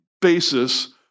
basis